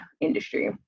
industry